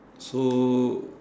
so